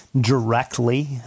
directly